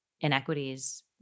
inequities